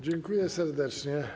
Dziękuję serdecznie.